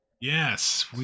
Yes